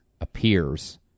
appears